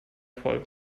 voll